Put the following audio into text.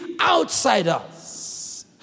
outsiders